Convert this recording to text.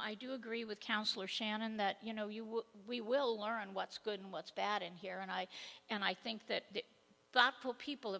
i do agree with councillor shannon that you know you will we will learn what's good and what's bad in here and i and i think that people